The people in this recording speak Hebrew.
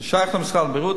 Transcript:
זה שייך למשרד הבריאות,